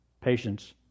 Patience